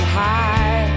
high